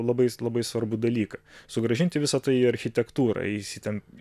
labai labai svarbų dalyką sugrąžinti visa tai į architektūrą jisai ten